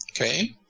okay